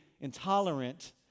intolerant